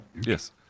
Yes